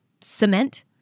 cement